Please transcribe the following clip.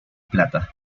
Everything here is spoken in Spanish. plata